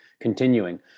Continuing